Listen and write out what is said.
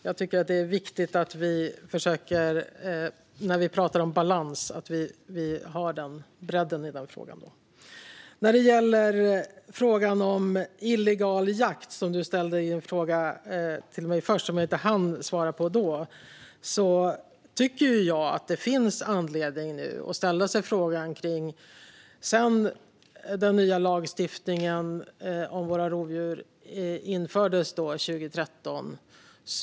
Jag tycker att det är viktigt att vi - när vi talar om balans - försöker att ha bredd i denna fråga. John Widegren ställde tidigare en fråga om illegal jakt som jag då inte hann svara på. Den nya lagstiftningen om våra rovdjur infördes 2013.